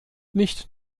nicht